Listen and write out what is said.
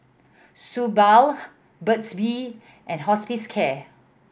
Suu Balm Burt's Bee and Hospicare